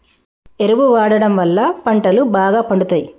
ఎరువు వాడడం వళ్ళ పంటలు బాగా పండుతయి